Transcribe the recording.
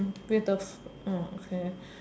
with the f~ orh okay